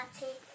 party